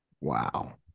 Wow